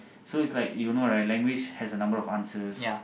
so it's like you know right language has a number of answers